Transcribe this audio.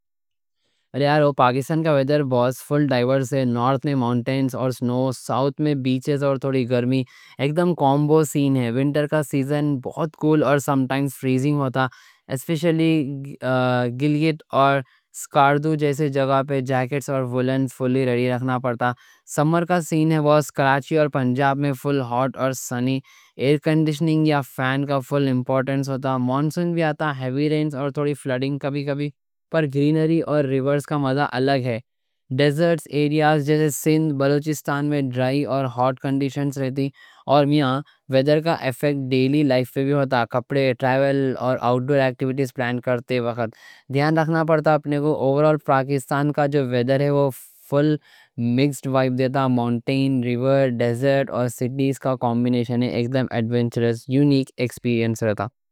پاکستان کا ویڈر بہت فل ڈائیورس ہے۔ نارتھ میں ماؤنٹینز اور سنو، ساؤتھ میں بیچز اور تھوڑی گرمی۔ اک دم کومبو سین ہے، ونٹر کا سیزن بہت کول اور سمٹائمز فریزنگ ہوتا۔ اسپیشلی گلگت اور اسکردو جیسی جگہ پہ جیکٹس اور وولنز فلی رکھنا پڑتا۔ سمر کا سین ہے بہت سکارچی، پنجاب میں فل ہاٹ اور سنی، ایئر کنڈیشننگ یا فین کا فل امپورٹنس ہوتا۔ سنو اور گلگت کا مزہ الگ ہے۔ مون سون بھی آتا، ہیوی رینز اور تھوڑی فلڈنگ کبھی کبھی۔ ڈیزرٹس ایریاز جیسے سندھ بلوچستان میں ڈرائی اور ہاٹ کنڈیشنز رہتی۔ اور میاں ویڈر کا ایفیکٹ ڈیلی لائف پہ بھی ہوتا۔ کپڑے ٹرائیول اور آؤٹڈور ایکٹیوٹیز پلان کرتے وقت دھیان رکھنا پڑتا۔ اپنے کو اوور آل پاکستان کا جو ویڈر ہے فل مکسڈ وائب دیتا، ماؤنٹین ریور ڈیزرٹ اور سٹیز کا کومبینیشن، اک دم ایڈوینٹرز یونیک ایکسپیئنس رہتا۔